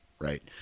right